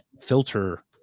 filter